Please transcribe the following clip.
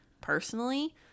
personally